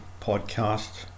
podcast